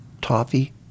toffee